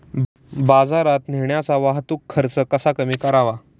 बाजारात नेण्याचा वाहतूक खर्च कसा कमी करावा?